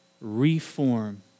reform